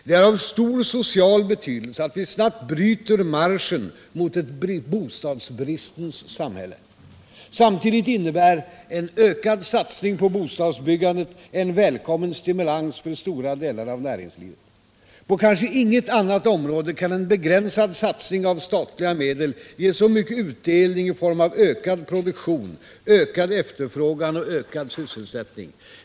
Det är av stor social betydelse att vi snabbt bryter marschen mot ett bostadsbristens samhälle. Samtidigt innebär en ökad satsning på bostadsbyggandet en välkommen stimulans för stora delar av näringslivet. På kanske inget annat område kan en begränsad satsning av statliga medel ge så mycket utdelning i form av ökad produktion, ökad efterfrågan och ökad sysselsättning.